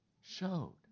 showed